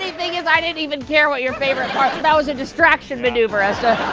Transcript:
thing is i didn't even care what your favorite part that was a distraction maneuver. and